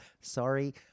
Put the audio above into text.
sorry